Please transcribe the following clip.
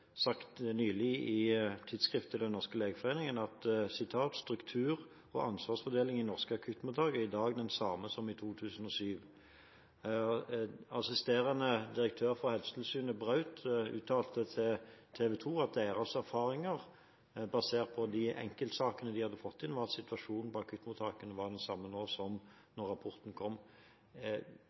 nylig sagt i Tidsskrift for Den norske legeforening: «Struktur og ansvarsfordeling i norske akuttmottak er i dag den samme som i 2007.» Assisterende direktør for Helsetilsynet, Braut, uttalte til TV 2 at erfaringer basert på de enkeltsakene de hadde fått inn, var at situasjonen på akuttmottakene var den samme nå som da rapporten kom.